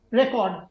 record